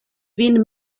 vin